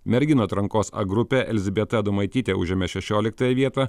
merginų atrankos a grupė elzbieta adomaitytė užėmė šešioliktąją vietą